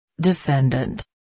Defendant